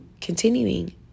continuing